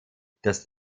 dass